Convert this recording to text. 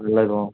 ভাল লাগিব অঁ